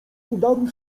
udaru